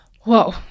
Whoa